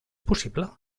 possible